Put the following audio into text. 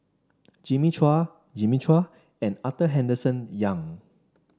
Jimmy Chua Jimmy Chua and Arthur Henderson Young